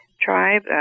tribe